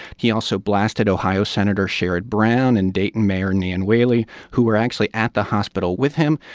he also blasted ohio senator sherrod brown and dayton mayor nan whaley, who were actually at the hospital with him.